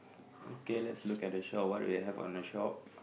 okay let's look at the shop what do they have on the shop